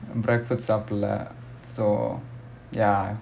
breakfast சாப்பிடல:saapidala so ya